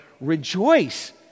Rejoice